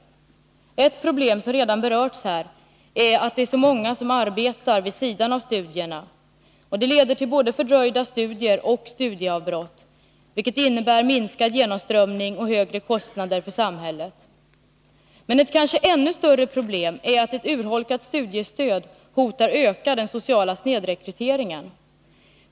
Ett problem som redan berörts är att så många arbetar vid sidan om studierna. Det leder till både fördröjda studier och studieavbrott, vilket innebär minskad genomströmning och högre kostnader för samhället. Men ett kanske ännu större problem är att ett urholkat studiestöd hotar att öka den sociala snedrekryteringen.